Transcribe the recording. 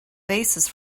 basis